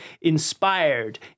inspired